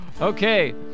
Okay